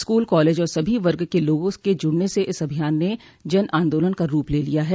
school college और सभी वर्ग के लोगों के जुड़ने से इस अभियान ने जन आंदोलन का रूप ले लिया है